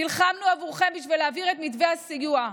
נלחמנו עבורכם בשביל להעביר את מתווה הסיוע.